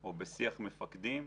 או בשיח מפקדים,